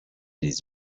les